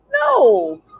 No